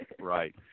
Right